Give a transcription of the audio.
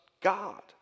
God